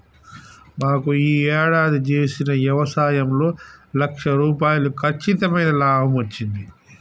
మాకు యీ యేడాది చేసిన యవసాయంలో లక్ష రూపాయలు కచ్చితమైన లాభమచ్చింది